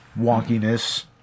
wonkiness